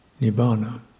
nibbana